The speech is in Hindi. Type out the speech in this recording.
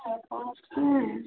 क्या कोस्ट में है